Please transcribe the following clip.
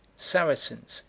saracens,